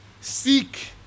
seek